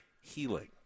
healing